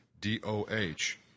D-O-H